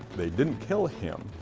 they didn't kill him,